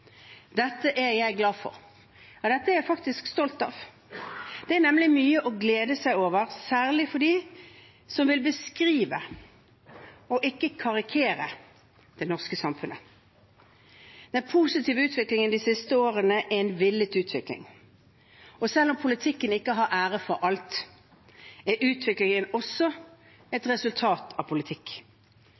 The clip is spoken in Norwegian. Dette er jeg glad for. Ja, dette er jeg faktisk stolt av. Det er nemlig mye å glede seg over, særlig for dem som vil beskrive, og ikke karikere, det norske samfunnet. Den positive utviklingen de siste årene er en villet utvikling. Og selv om politikken ikke har æren for alt, er utviklingen også et resultat av politikk